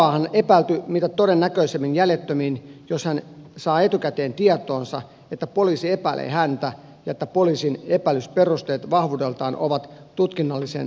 katoaahan epäilty mitä todennäköisimmin jäljettömiin jos hän saa etukäteen tietoonsa että poliisi epäilee häntä ja että poliisin epäilyperusteet vahvuudeltaan ovat tutkinnalliseen vangitsemiseen oikeuttavia